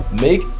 make